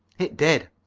it did.